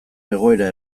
egoera